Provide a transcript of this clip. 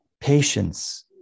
patience